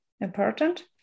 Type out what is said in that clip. important